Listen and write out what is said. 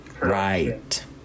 right